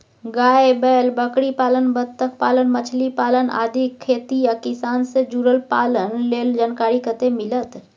गाय, बैल, बकरीपालन, बत्तखपालन, मछलीपालन आदि खेती आ किसान से जुरल पालन लेल जानकारी कत्ते मिलत?